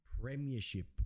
premiership